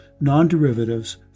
Non-Derivatives